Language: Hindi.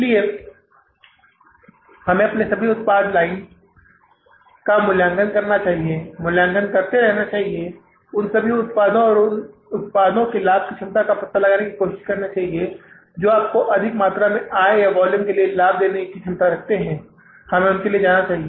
इसलिए हमें अपनी सभी उत्पाद लाइन का मूल्यांकन करना चाहिए मूल्यांकन करते रहना चाहिए उन विभिन्न उत्पादों और उन उत्पादों की लाभ क्षमता का पता लगाने की कोशिश करनी चाहिए जो आपको अधिक मात्रा में आय या वॉल्यूम के लिए लाभ देने की क्षमता रखते हैं हम उनके लिए जाना चाहिए